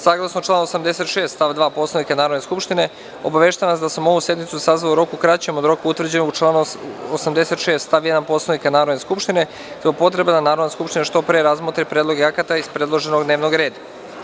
Saglasno članu 86. stav 2. Poslovnika Narodne skupštine, obaveštavam vas da sam ovu sednicu sazvao u roku kraćem od roka utvrđenog u članu 86. stav 1. Poslovnika Narodne skupštine, zbog potrebe da Narodna skupština što pre razmotri predloge akata iz predloženog dnevnog reda.